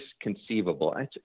conceivable